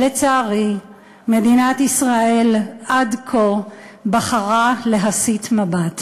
ולצערי, מדינת ישראל עד כה בחרה להסיט מבט.